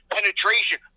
penetration